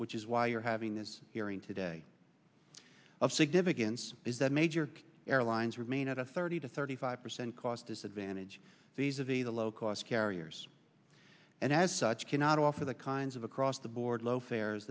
which is why you're having this hearing today of significance is that major airlines remain at a thirty to thirty five percent cost disadvantage these are the the low cost carriers and as such cannot offer the kinds of across the board low fa